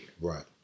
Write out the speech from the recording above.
right